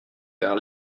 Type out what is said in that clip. car